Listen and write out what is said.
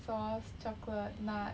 sauce chocolate nuts